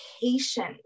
patience